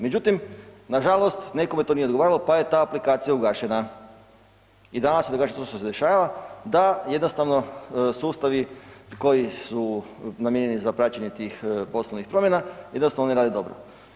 Međutim, nažalost nekome to nije odgovaralo pa je ta aplikacija ugašena i danas se dešava to što se dešava da jednostavno sustavi koji su namijenjeni za praćenje tih poslovnih promjena jednostavno ne rade dobro.